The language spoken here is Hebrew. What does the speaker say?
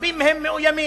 רבים מהם מאוימים.